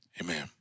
amen